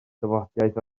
dafodiaith